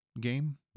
game